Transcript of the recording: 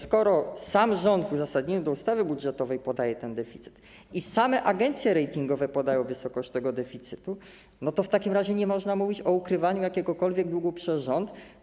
Skoro sam rząd w uzasadnieniu ustawy budżetowej podaje wysokość tego deficytu i agencje ratingowe podają wysokość tego deficytu, to w takim razie nie można mówić o ukrywaniu jakiegokolwiek długu przez rząd.